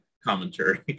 Commentary